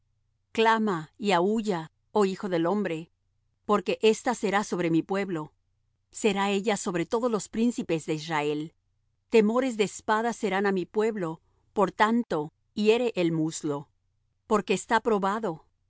clama y aúlla oh hijo del hombre porque ésta será sobre mi pueblo será ella sobre todos los príncipes de israel temores de espada serán á mi pueblo por tanto hiere el muslo porque está probado